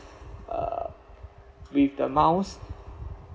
uh with the miles